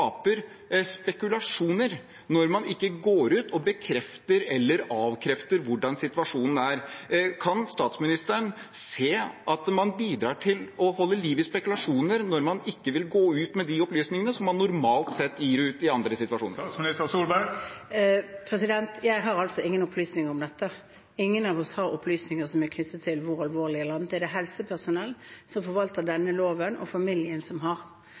spekulasjoner når man ikke går ut og bekrefter eller avkrefter hvordan situasjonen er. Kan statsministeren se at man bidrar til å holde liv i spekulasjoner når man ikke vil gå ut med de opplysningene som man normalt sett gir ut i andre situasjoner? Jeg har ingen opplysninger om dette. Ingen av oss har opplysninger som er knyttet til hvor alvorlig dette er, eller annet. Det er det helsepersonellet som forvalter denne loven, og familien som har.